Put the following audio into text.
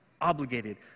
Obligated